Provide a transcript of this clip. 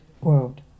world